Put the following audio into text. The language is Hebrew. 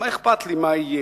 מה אכפת לי מה יהיה?